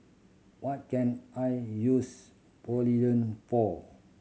what can I use Polident for